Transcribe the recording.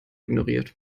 ignoriert